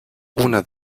una